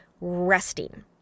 resting